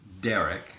Derek